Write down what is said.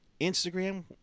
Instagram